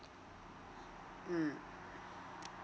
mm